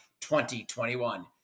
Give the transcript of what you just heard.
2021